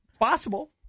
Possible